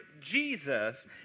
Jesus